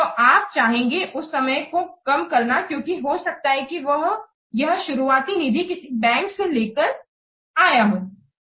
तो आप चाहेंगे उस समय को कम करना क्योंकि हो सकता है कि वह यह शुरुआती निधि किसी बैंक से लोन लेकर लाया हो